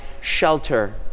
shelter